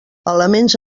elements